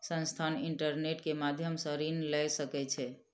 संस्थान, इंटरनेट के माध्यम सॅ ऋण लय सकै छै